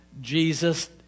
Jesus